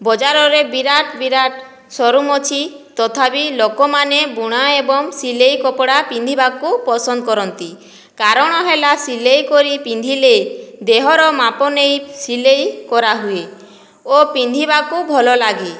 ବଜାରରେ ବିରାଟ ବିରାଟ ଶୋରୁମ୍ ଅଛି ତଥାପି ଲୋକମାନେ ବୁଣା ଏବଂ ସିଲାଇ କପଡ଼ା ପିନ୍ଧିବାକୁ ପସନ୍ଦ କରନ୍ତି କାରଣ ହେଲା ସିଲାଇ କରି ପିନ୍ଧିଲେ ଦେହର ମାପ ନେଇ ସିଲାଇ କରାହୁଏ ଓ ପିନ୍ଧିବାକୁ ଭଲ ଲାଗେ